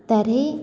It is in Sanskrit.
तर्हि